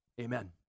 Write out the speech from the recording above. amen